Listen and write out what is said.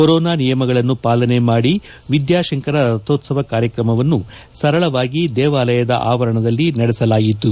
corona ನಿಯಮಗಳನ್ನು ಪಾಲನೆ ಮಾದಿ ವಿದ್ಯಾಶಂಕರ ರಥೋತ್ಪವ ಕಾರ್ಯಕ್ರಮವನ್ನು ಸರಳವಾಗಿ ದೇವಾಲಯದ ಆವರಣದಲ್ಲಿ ನಡೆಸಲಾಯಿತು